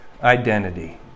identity